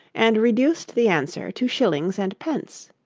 and reduced the answer to shillings and pence.